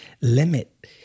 Limit